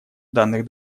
данных